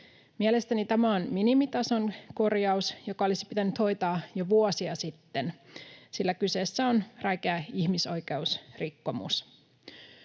Mielestäni tämä on minimitason korjaus, joka olisi pitänyt hoitaa jo vuosia sitten, sillä kyseessä on räikeä ihmisoikeusrikkomus.